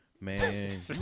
Man